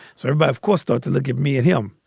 sort of but of course, thought to look at me, at him,